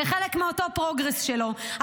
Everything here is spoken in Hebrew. כחלק מאותו פרוגרס שלו,